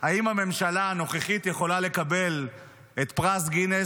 אם הממשלה הנוכחית יכולה לקבל את פרס גינס